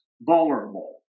vulnerable